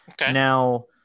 Now